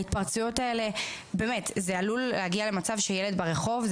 ההתפרצויות האלה עלולות להגיע למצב שילד יהיה ברחוב,